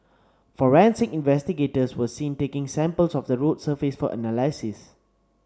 forensic investigators were seen taking samples of the road surface for analysis